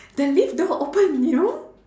the lift door open you know